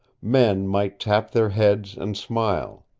men might tap their heads and smile.